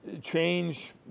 change